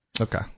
Okay